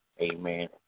Amen